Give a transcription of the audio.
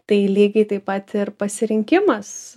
tai lygiai taip pat ir pasirinkimas